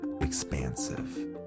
expansive